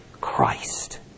Christ